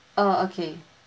oh okay